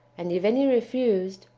and if any refused,